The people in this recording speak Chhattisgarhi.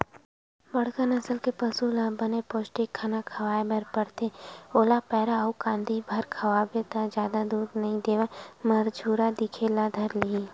बड़का नसल के पसु ल बने पोस्टिक खाना खवाए बर परथे, ओला पैरा अउ कांदी भर खवाबे त जादा दूद नइ देवय मरझुरहा दिखे ल धर लिही